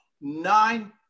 nine